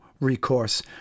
recourse